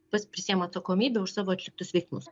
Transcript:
pats prisiima atsakomybę už savo atliktus veiksmus